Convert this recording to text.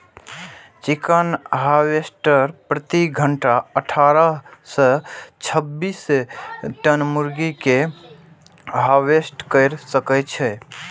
chicken harvester प्रति घंटा अट्ठारह सं छब्बीस टन मुर्गी कें हार्वेस्ट कैर सकै छै